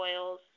oils